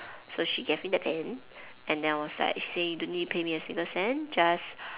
so she gave me the pen and then I was like say don't need to pay me a single cent just